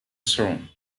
throne